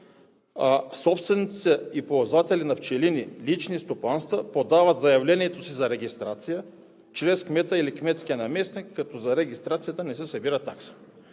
„Собствениците и ползватели на пчелини – лични стопанства, подават заявлението си за регистрация чрез кмета или кметския наместник, като за регистрацията не се събира такса.“